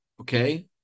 okay